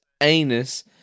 anus